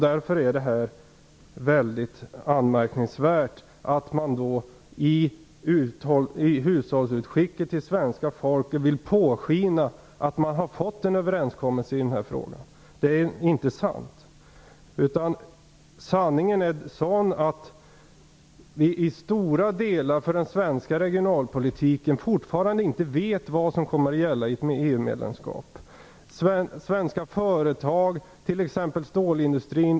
Därför är det mycket anmärkningsvärt att man i hushållsutskick till svenska folket vill påskina att man nått en överenskommelse i denna fråga. Det är ju inte sant! Sanningen är den att vi i stora delar vad gäller den svenska regionalpolitiken ännu inte vet vad som kommer att gälla i samband med ett EU-medlemskap.